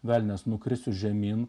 velnias nukrisiu žemyn